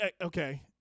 Okay